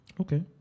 Okay